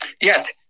Yes